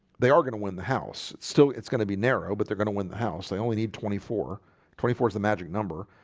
they are gonna win the house still it's gonna be narrow, but they're gonna win the house they only need twenty four twenty four is the magic number.